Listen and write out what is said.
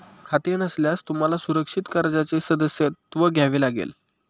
खाते नसल्यास तुम्हाला सुरक्षित कर्जाचे सदस्यत्व घ्यावे लागेल